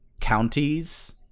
counties